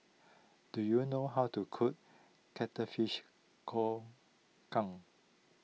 do you know how to cook Cuttlefish Kong Kang